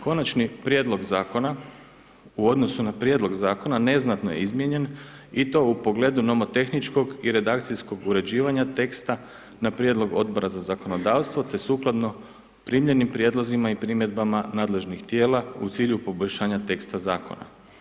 Konačni prijedlog Zakona u odnosu na prijedlog Zakona neznatno je izmijenjen i to u pogledu nomo tehničkog i redakcijskog uređivanja teksta na prijedlog Odbora za zakonodavstvo, te sukladno primljenim prijedlozima i primjedbama nadležnih tijela u cilju poboljšanja teksta Zakona.